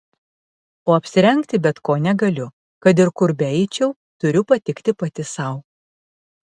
o apsirengti bet ko negaliu kad ir kur beeičiau turiu patikti pati sau